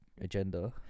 agenda